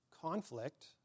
conflict